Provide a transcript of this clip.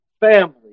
family